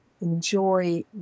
enjoy